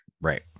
Right